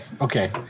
okay